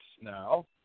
now